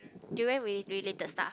durian rela~ related stuff